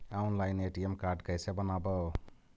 Online ATM card कैसे बनाबौ?